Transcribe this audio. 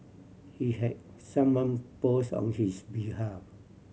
he had someone post on his behalf